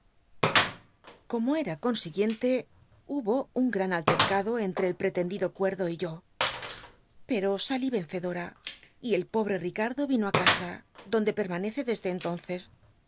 como era consiguiente hubo un gran altercado en ti'c el pretendido cuerdo y yo pero salí vencedora y el pobre hicardo vino i casa donde pemaneee desde entonces